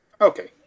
Okay